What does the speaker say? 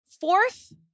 Fourth